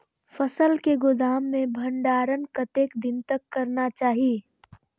फसल के गोदाम में भंडारण कतेक दिन तक करना चाही?